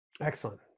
Excellent